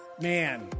man